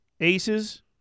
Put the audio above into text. Aces